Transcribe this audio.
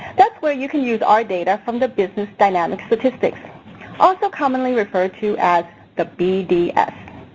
that's where you can use our data from the business dynamics statistics also commonly referred to as the bds.